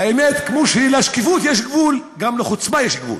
האמת, כמו שלשקיפות יש גבול, גם לחוצפה יש גבול,